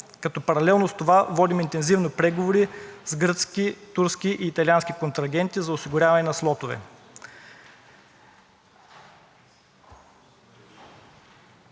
като паралелно с това водим интензивни преговори с гръцки, турски и италиански контрагенти за осигуряване на слотове.